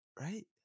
right